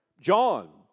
John